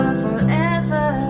forever